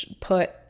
put